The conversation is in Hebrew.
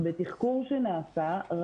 בתחקור שנעשה,